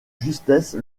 justesse